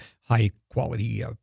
high-quality